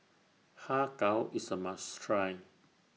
Har Kow IS A must Try